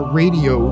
radio